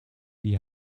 die